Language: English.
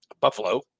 Buffalo